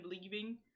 leaving